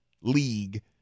league